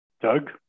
doug